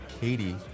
Katie